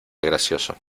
gracioso